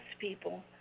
people